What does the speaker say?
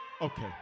okay